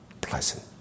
pleasant